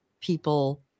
people